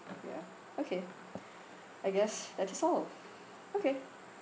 okay ya okay I guess that is all okay